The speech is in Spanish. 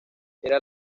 era